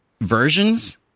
versions